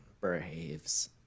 Braves